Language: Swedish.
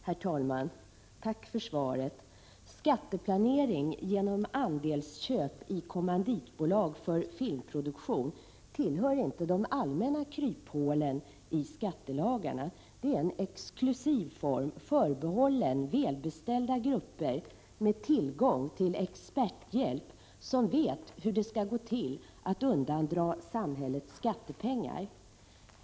Herr talman! Tack för svaret på min fråga. Skatteplanering genom andelsköp i kommanditbolag för filmproduktion tillhör inte de allmänna kryphålen i skattelagarna. Det är en exklusiv verksamhet förbehållen välbeställda grupper med tillgång till experthjälp som vet hur det skall gå till att undandra samhället skattepengar.